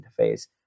interface